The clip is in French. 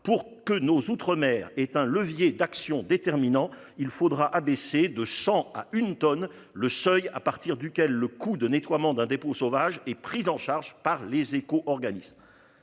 pour que nos outre-mer est un levier d'action déterminant il faudra abaisser de à une tonne le seuil à partir duquel le coup de nettoiement d'un dépôt sauvage et pris en charge par les éco-organismes